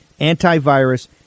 antivirus